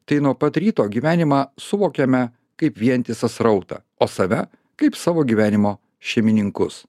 tai nuo pat ryto gyvenimą suvokiame kaip vientisą srautą o save kaip savo gyvenimo šeimininkus